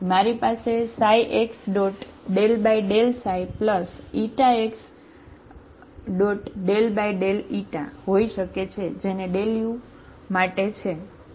તેથી મારી પાસે ξx x હોઈ શકે છે જે ∂u માટે છે